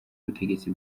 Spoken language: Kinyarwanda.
ubutegetsi